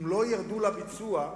אם לא ירדו לביצוע,